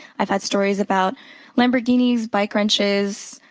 i've had stories about lamborghinis, bike wrenches,